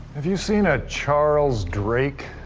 you seen a charles drake?